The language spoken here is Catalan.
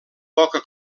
poca